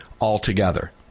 altogether